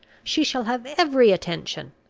she shall have every attention.